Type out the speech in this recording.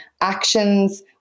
actions